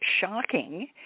shocking